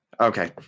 Okay